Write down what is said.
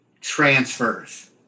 transfers